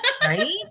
Right